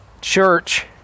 Church